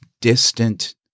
distant